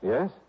Yes